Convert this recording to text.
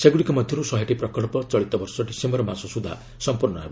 ସେଗୁଡିକ ମଧ୍ୟରୁ ଶହେଟି ପ୍ରକଳ୍ପ ଚଳିତବର୍ଷ ଡିସେମ୍ବର ମାସ ସୁଦ୍ଧା ସମ୍ପୂର୍ଣ୍ଣ ହେବ